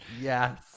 Yes